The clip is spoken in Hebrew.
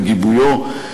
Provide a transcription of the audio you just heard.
בגיבויו.